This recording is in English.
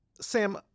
sam